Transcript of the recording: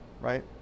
right